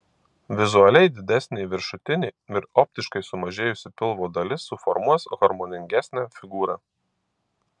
vizualiai didesnė viršutinė ir optiškai sumažėjusi pilvo dalis suformuos harmoningesnę figūrą